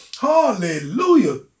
Hallelujah